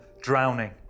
drowning